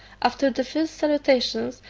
after the first salutations,